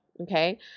Okay